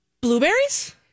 blueberries